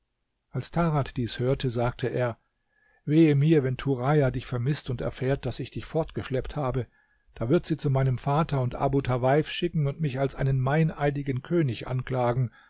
als tarad dies hörte sagte er wehe mir wenn turaja dich vermißt und erfährt daß ich dich fortgeschleppt habe da wird sie zu meinem vater und abu tawaif schicken und mich als einen meineidigen könig anklagen